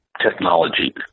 technology